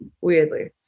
weirdly